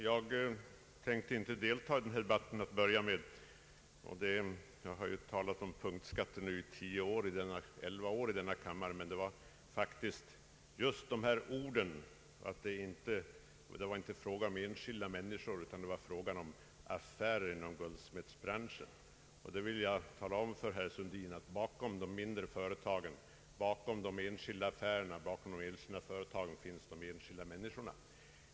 Herr talman! Jag tänkte till att börja med inte delta i denna debatt trots att jag talat om punktskatter i denna kammare i elva år. Men det var faktiskt herr Sundins ord om att det här inte gällde enskilda människor utan ett fåtal affärer inom guldsmedsbranschen, som fick mig att begära ordet. Jag ville tala om för herr Sundin, att bakom de mindre företagen, bakom de enskilda affärerna, finns de enskilda människorna.